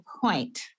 point